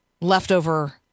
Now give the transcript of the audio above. leftover